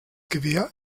gewehr